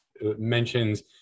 mentions